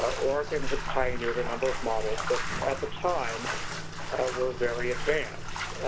but oregon had pioneered a number of models that at the time were very advanced.